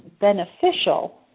beneficial